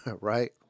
right